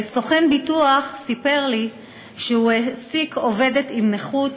סוכן ביטוח סיפר לי שהוא העסיק עובדת עם נכות